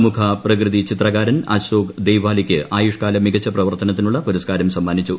പ്രമുഖ പ്രകൃതി ചിത്രക്കാരൻ അശോക് ദെയ്വാലിക്ക് ആയുഷ്കാല മികച്ച പ്രവർത്തനത്തിനുള്ള പുരസ്കാരം സമ്മാനിച്ചു